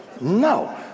No